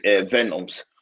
venoms